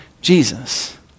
Jesus